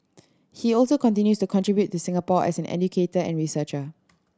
he also continues to contribute to Singapore as an educator and researcher